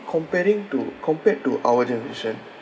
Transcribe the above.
comparing to compared to our generation